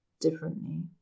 differently